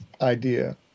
idea